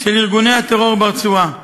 של ארגוני הטרור ברצועה